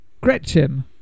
Gretchen